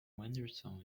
henderson